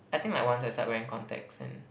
I think like once I start wearing contacts and